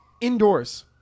Indoors